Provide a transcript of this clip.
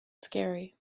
scary